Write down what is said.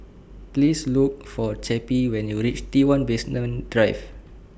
Please Look For Cappie when YOU REACH T one Basement Drive